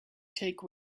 take